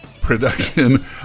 production